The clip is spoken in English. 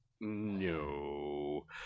no